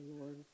Lord